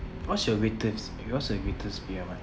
what's your greatest what's your greatest fear ahmad